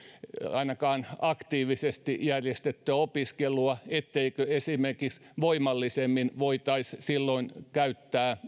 ainakaan aktiivisesti järjestettyä opiskelua eikö esimerkiksi voimallisemmin voitaisi silloin käyttää